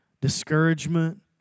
Discouragement